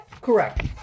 Correct